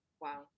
wow